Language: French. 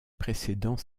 précédant